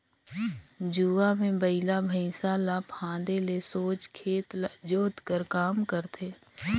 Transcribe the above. जुवा मे बइला भइसा ल फादे ले सोझ खेत ल जोत कर काम करथे